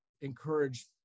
encourage